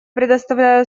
предоставляю